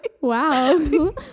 wow